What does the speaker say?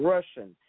Russian